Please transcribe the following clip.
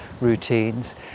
routines